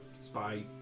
spy